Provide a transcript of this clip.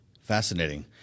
Fascinating